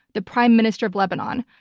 the prime minister of lebanon,